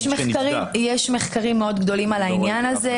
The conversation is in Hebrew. יש מחקרים מאוד גדולים על העניין הזה.